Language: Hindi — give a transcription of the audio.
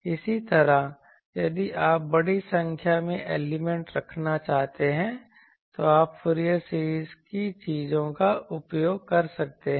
इसी तरह यदि आप बड़ी संख्या में एलिमेंट रखना चाहते हैं तो आप फूरियर सीरीज की चीजों का उपयोग कर सकते हैं